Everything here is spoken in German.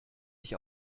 ich